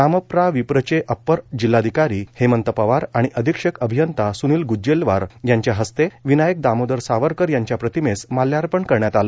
नामप्राविप्रचे upper जिल्हाधिकारी हेमंत पवार आणि अधीक्षक अभियंता सुनील ग्ज्जेलवार यांच्या हस्ते विनायक दामोदर सावरकर यांच्या प्रतिमेस माल्यार्पण करण्यात आले